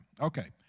Okay